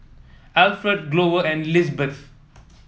Alfredo Glover and Lizbeth